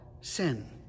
sin